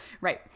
Right